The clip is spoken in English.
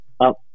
up